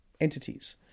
entities